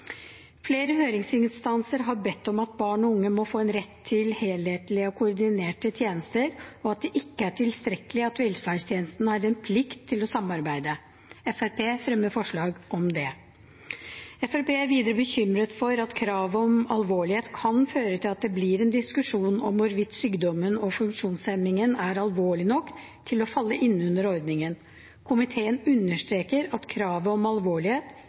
Flere høringsinstanser har bedt om at barn og unge må få en rett til helhetlige og koordinerte tjenester, og at det ikke er tilstrekkelig at velferdstjenesten har en plikt til å samarbeide. Fremskrittspartiet fremmer forslag om det. Fremskrittspartiet er videre bekymret for at kravet om alvorlighet kan føre til at det blir en diskusjon om hvorvidt sykdommen og funksjonshemmingen er alvorlig nok til å falle inn under ordningen. Komiteen understreker at kravet om alvorlighet